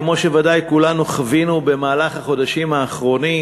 כמו שוודאי כולנו חווינו במהלך החודשים האחרונים,